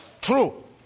true